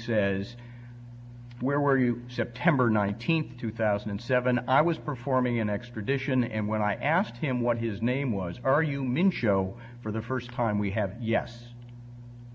says where were you september nineteenth two thousand and seven i was performing an extradition and when i asked him what his name was are you min show for the first time we have yes